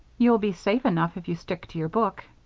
you'll be safe enough if you stick to your book.